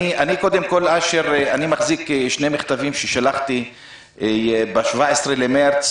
אני מחזיק שני מכתבים ששלחתי ב-17 למרץ